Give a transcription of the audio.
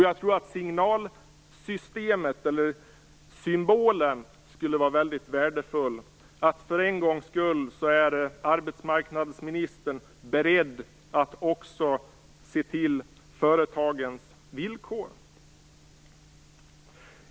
Jag tror att den signalen eller symbolen skulle vara väldigt värdefull. För en gångs skull är arbetsmarknadsministern beredd att också se till företagens villkor.